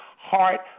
heart